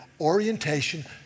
orientation